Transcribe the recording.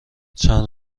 چند